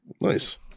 Nice